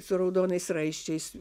su raudonais raiščiais